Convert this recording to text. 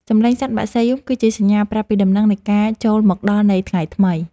សំឡេងសត្វបក្សីយំគឺជាសញ្ញាប្រាប់ពីដំណឹងនៃការចូលមកដល់នៃថ្ងៃថ្មី។